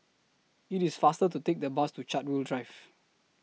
IT IS faster to Take The Bus to Chartwell Drive